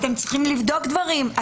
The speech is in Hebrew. לבדוק דברים,